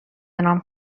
نام